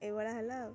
ଏଇ ଭଳିଆ ହେଲା ଆଉ